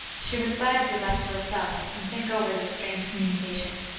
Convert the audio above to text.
she was glad to be left to herself, and think over this strange communication.